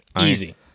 Easy